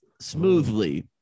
smoothly